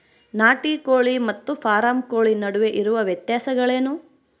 ನಾಟಿ ಕೋಳಿ ಮತ್ತು ಫಾರಂ ಕೋಳಿ ನಡುವೆ ಇರುವ ವ್ಯತ್ಯಾಸಗಳೇನು?